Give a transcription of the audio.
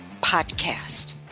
podcast